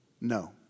No